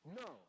no